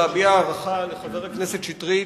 להביע הערכה לחבר הכנסת שטרית,